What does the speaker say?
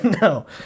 No